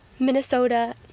minnesota